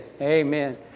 Amen